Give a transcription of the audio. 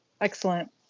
Excellent